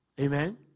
Amen